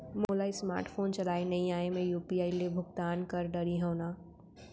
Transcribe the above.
मोला smart phone चलाए नई आए मैं यू.पी.आई ले भुगतान कर डरिहंव न?